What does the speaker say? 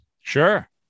Sure